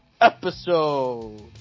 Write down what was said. episode